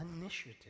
initiative